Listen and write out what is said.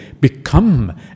become